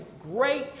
great